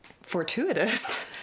fortuitous